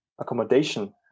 accommodation